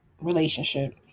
relationship